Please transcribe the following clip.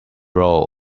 roll